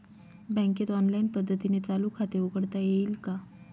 बँकेत ऑनलाईन पद्धतीने चालू खाते उघडता येईल का?